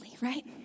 Right